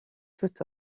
tout